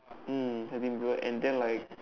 mm helping people and then like